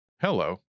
Hello